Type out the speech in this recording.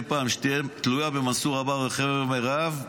שתהיה תלויה במנסור עבאס וחבר מרעיו,